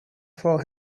for